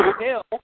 hell